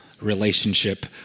relationship